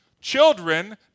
children